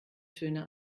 töne